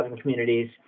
communities